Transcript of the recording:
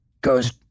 goes